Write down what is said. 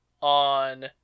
on